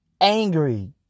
angry